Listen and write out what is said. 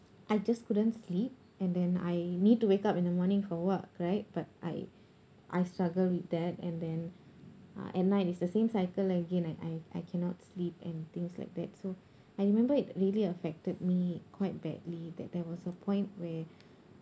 I just couldn't sleep and then I need to wake up in the morning for work right but I I struggled with that and then uh at night it's the same cycle again I I I cannot sleep and things like that so I remember it really affected me quite badly that there was a point where